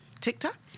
TikTok